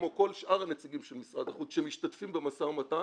כמו כל שאר הנציגים של משרד החוץ שמשתתפים במשא ומתן